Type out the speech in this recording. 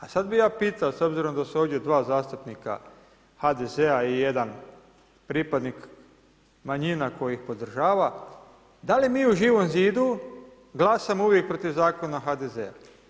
A sad bih ja pitao, s obzirom da su ovdje dva zastupnika HDZ-a i jedan pripadnik manjina koji ih podržava, da li mi u Živom zidu glasamo uvijek protiv zakona HDZ-a?